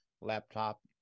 laptop